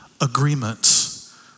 Agreements